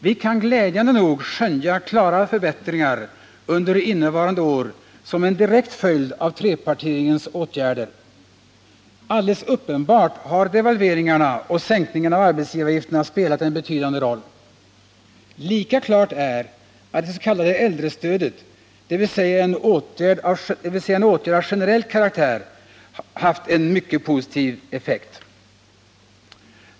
Vi kan glädjande nog skönja klara förbättringar under innevarande år som en direkt följd av trepartiregeringens åtgärder. Alldeles uppenbart har devalveringarna och sänkningen av arbetsgivaravgifterna spelat en betydande roll. Lika klart är att det s.k. äldrestödet, dvs. en åtgärd av generell karaktär, har haft en mycket positiv effekt.